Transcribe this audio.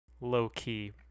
low-key